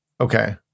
okay